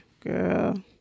Girl